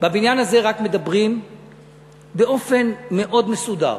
בבניין הזה רק מדברים באופן מאוד מסודר.